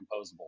composable